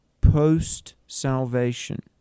post-salvation